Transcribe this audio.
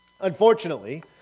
Unfortunately